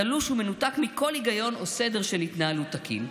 תלוש ומנותק מכל היגיון או סדר של התנהלות תקינה.